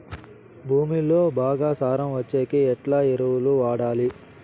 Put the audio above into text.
భూమిలో బాగా సారం వచ్చేకి ఎట్లా ఎరువులు వాడాలి?